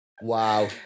Wow